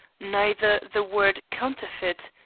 neither the word counterfeit,